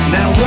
Now